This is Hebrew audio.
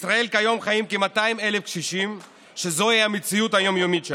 בישראל כיום חיים כ-200,000 קשישים שזוהי המציאות היום-יומית שלהם.